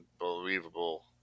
unbelievable